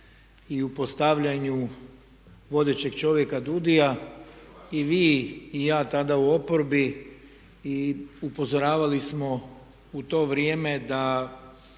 i u postavljanju vodećeg čovjeka DUUDI-ja i vi i ja tada u oporbi i upozoravali smo u to vrijeme da